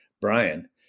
Brian